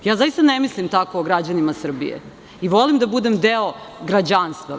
Zaista ne mislim o građanima Srbije i volim da budem deo građanstva.